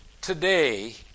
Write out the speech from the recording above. today